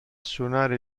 suonare